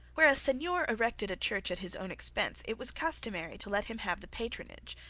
where a seigneur erected a church at his own expense it was customary to let him have the patronage,